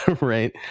Right